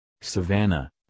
savannah